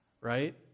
right